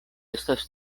estas